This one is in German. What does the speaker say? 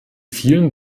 vielen